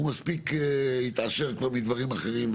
הוא מספיק התעשר כבר מדברים אחרים.